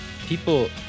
people